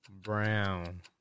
Brown